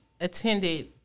attended